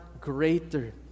greater